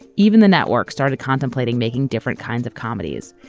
even the networks started contemplating making different kinds of comedies,